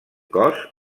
cos